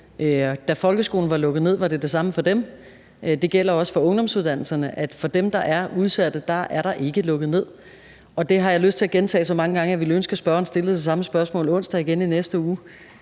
da folkeskolen var lukket ned. Det gælder også for ungdomsuddannelserne, at for dem, der er udsatte, er der ikke lukket ned. Det har jeg lyst til at gentage så mange gange, og jeg ville ønske, at spørgeren stillede det samme spørgsmål onsdag i næste uge